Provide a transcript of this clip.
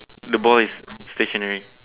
the ball is stationary